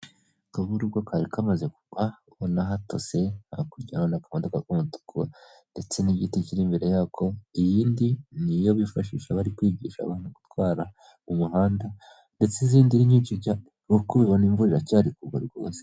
Akavura ubwo kari kamaze kugwa ubona hatose hakurya ndakabana aka modoka k'umutuku, ndetse n'igiti kiri imbere yako iyindi niyo bifashisha bari kwigisha abantu gutwara, umuhanda ndetse n'izindi nyinshi cyane uri kubibona mvura iracyari kugwa rwose.